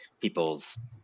people's